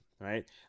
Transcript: right